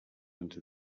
into